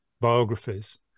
biographies